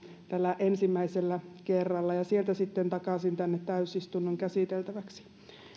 tällä ensimmäisellä kerralla ja sieltä sitten takaisin tänne täysistunnon käsiteltäväksi